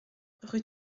rue